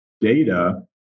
data